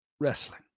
Wrestling